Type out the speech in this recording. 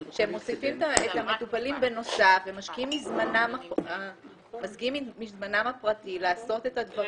שהם מוסיפים את המטופלים בנוסף ומשקיעים מזמנם הפרטי לעשות את הדברים.